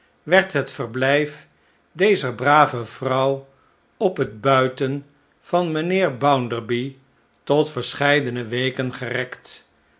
werd het verblijf dezer brave vrouw op het buiten van mijnheer bounderby tot verscheidene weken gerekt